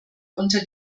unter